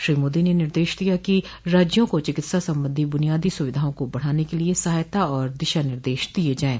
श्री मोदी ने निर्देश दिया कि राज्यों को चिकित्सा संबंधी ब्रनियादी सुविधाओं को बढाने के लिए सहायता और दिशा निर्देश दिए जाएं